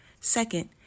Second